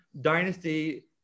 dynasty